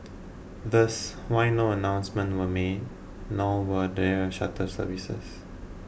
thus why no announcements were made nor were there shuttle services